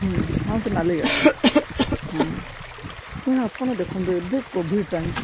ହଁ ସେ ନାଲିଗାଡ଼ିଟା ହଁ ଭାଇ ଆପଣ ଦେଖନ୍ତୁ ଏବେ କୋଭିଡ଼ ଟାଇମ୍